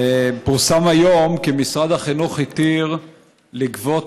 פורסם היום כי משרד החינוך התיר לגבות